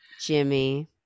jimmy